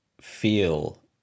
feel